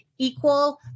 equal